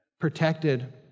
protected